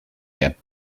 get